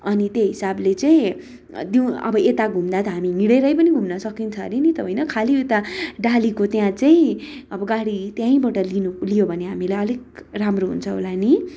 अनि त्यही हिसाबले चाहिँ दिउँ अब यता घुम्दा त हामी हिँडेरै पनि घुम्न सकिन्छ अरे नि त होइन खाली उता डालीको त्यहाँ चाहिँ अब गाडी त्यहीँबाट लिनु लियो भने हामीलाई अलिक राम्रो हुन्छ होला नि